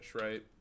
right